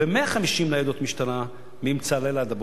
ו-150 ניידות משטרה מאמצע הלילה עד הבוקר.